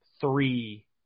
three